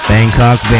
Bangkok